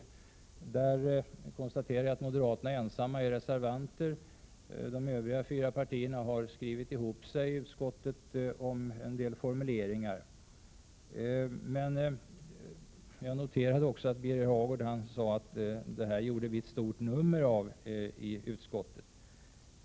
På den punkten är moderaterna ensamma reservanter — de övriga fyra partierna har skrivit ihop sig i utskottet om en del formuleringar. Jag noterade att Birger Hagård sade att vi gjorde ett stort nummer av detta i utskottet.